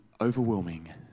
overwhelming